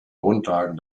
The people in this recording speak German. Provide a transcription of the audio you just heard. grundlagen